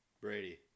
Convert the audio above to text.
Brady